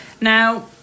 Now